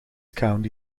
county